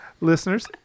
Listeners